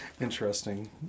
interesting